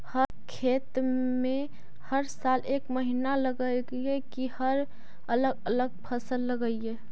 एक खेत में हर साल एक महिना फसल लगगियै कि हर साल अलग अलग फसल लगियै?